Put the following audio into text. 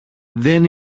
δεν